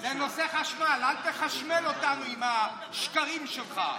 זה נושא חשמל, אל תחשמל אותנו עם השקרים שלך.